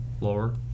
Lower